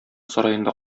сараенда